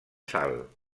sal